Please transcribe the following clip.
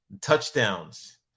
Touchdowns